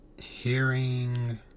hearing